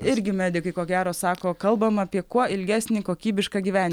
irgi medikai ko gero sako kalbam apie kuo ilgesnį kokybišką gyven